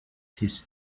his